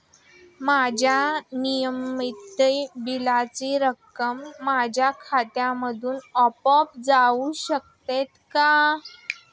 माझ्या नियमित बिलाची रक्कम माझ्या खात्यामधून आपोआप जाऊ शकते का?